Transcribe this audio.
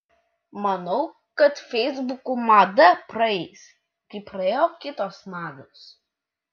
manau kad feisbukų mada praeis kaip praėjo kitos mados